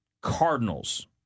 Cardinals